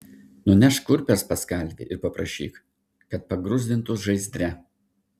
nunešk kurpes pas kalvį ir paprašyk kad pagruzdintų žaizdre